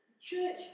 church